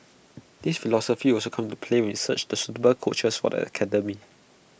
this philosophy will also come into play we search for suitable coaches for the academy